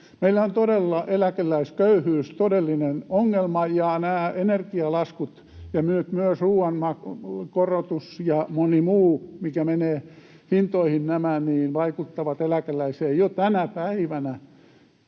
Meillä on todella eläkeläisköyhyys todellinen ongelma, ja nämä energialaskut ja myös ruoan korotus ja moni muu, mikä menee hintoihin, vaikuttavat eläkeläiseen jo tänä päivänä.